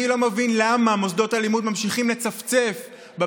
אני לא מבין למה מוסדות הלימוד ממשיכים לצפצף על